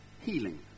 healing